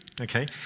Okay